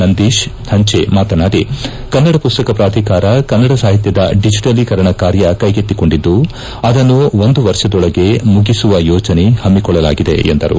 ನಂದೀಶ್ ಹಂಚೆ ಮಾತನಾಡಿ ಕನ್ನಡ ಪುಸ್ತಕ ಪ್ರಾಧಿಕಾರ ಕನ್ನಡ ಸಾಹಿತ್ಯದ ಡಿಜಿಟಲೀಕರಣ ಕಾರ್ಯ ಕೈಗೆತ್ತಿಕೊಂಡಿದ್ದು ಅದನ್ನು ಒಂದು ವರ್ಷದೊಳಗೆ ಮುಗಿಸುವ ಯೋಜನೆ ಹಮ್ನಿಕೊಳ್ಳಲಾಗಿದೆ ಎಂದರು